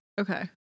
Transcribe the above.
Okay